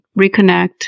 reconnect